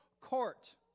court